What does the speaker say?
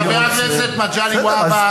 חבר הכנסת מגלי והבה,